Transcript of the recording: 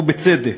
ובצדק.